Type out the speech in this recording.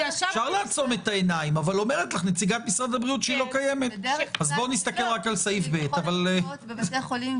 אדוני היושב-ראש, סעיף א'